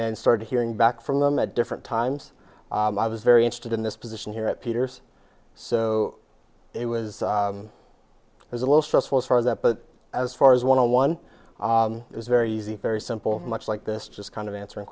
then started hearing back from them at different times i was very interested in this position here at peter's so it was it was a little stressful as far as that but as far as one on one is very easy very simple much like this just kind of answering